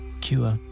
cure